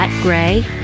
Gray